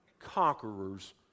conquerors